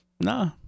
Nah